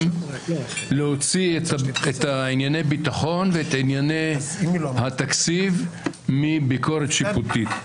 להוציא את ענייני הביטחון וענייני התקציב מביקורת שיפוטית,